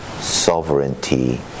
sovereignty